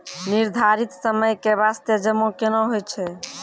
निर्धारित समय के बास्ते जमा केना होय छै?